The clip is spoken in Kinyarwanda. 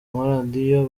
maradiyo